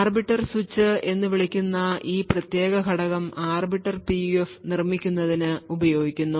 arbiter switch എന്ന് വിളിക്കുന്ന ഈ പ്രത്യേക ഘടകം ആർബിറ്റർ PUF നിർമ്മിക്കുന്നതിന് ഉപയോഗിക്കുന്നു